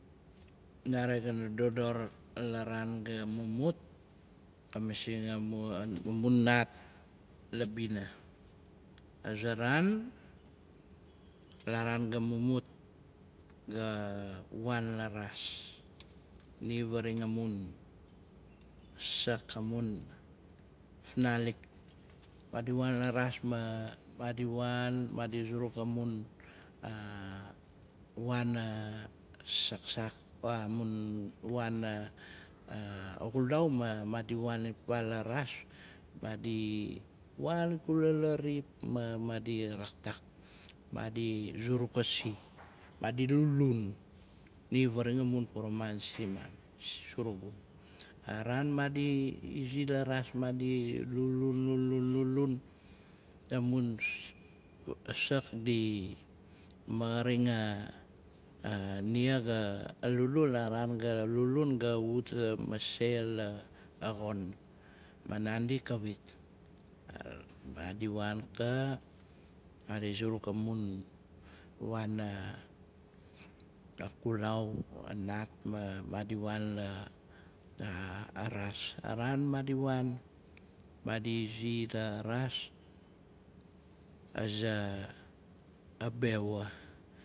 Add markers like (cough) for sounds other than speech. Nare gana dodor, la raan ga mumut, ka masing amun nat labina. Aza raan, la raan ga mumut, ga waan la raas. Ni varaxain amun sak amun fnalik. Madi waan la raas ma madi waan madi zurk amun wana saksak (unintelligence) a waana xulau ma madi waan ipaa la raas mai, waan ikula la rip, ma madi raktaak. Maadi zuruk a si, madi lulun. Ni faraxain amun poroman surugu. A raan maadi zi la raas. di lulun, lulun, amun sak dimangaring nia ga lulun, la raan ga lulun, ga wat masei la a xon, ma naandi xawit. Madi waan ka, madi zuruk amun waana kulau, a naat ma madi waan la raas. A raan maadi waan maadi zi la raas, aza bewa.